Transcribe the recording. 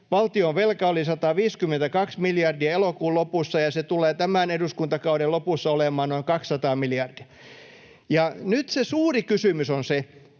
Valtionvelka oli 152 miljardia elokuun lopussa, ja se tulee tämän eduskuntakauden lopussa olemaan noin 200 miljardia. Nyt se suuri kysymys on se...